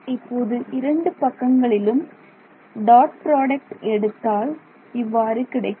நான் இப்போது இரண்டு பக்கங்களிலும் டாட் ப்ராடக்ட் எடுத்தால் இவ்வாறு கிடைக்கும்